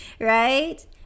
right